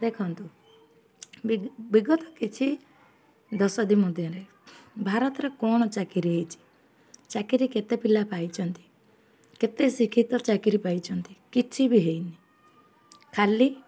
ଦେଖନ୍ତୁ ବି ବିଗତ କିଛି ଦଶନ୍ଧି ମଧ୍ୟରେ ଭାରତରେ କ'ଣ ଚାକିରି ହେଇଛି ଚାକିରି କେତେ ପିଲା ପାଇଛନ୍ତି କେତେ ଶିକ୍ଷିତ ଚାକିରି ପାଇଛନ୍ତି କିଛି ବି ହେଇନି ଖାଲି